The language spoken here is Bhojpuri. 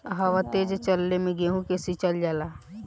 हवा तेज चलले मै गेहू सिचल जाला?